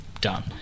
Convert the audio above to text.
done